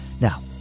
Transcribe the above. Now